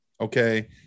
okay